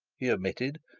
he omitted,